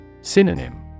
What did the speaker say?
Synonym